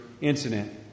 incident